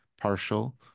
partial